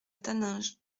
taninges